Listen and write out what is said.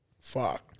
Fuck